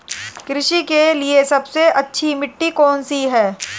कृषि के लिए सबसे अच्छी मिट्टी कौन सी है?